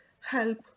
help